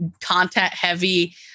content-heavy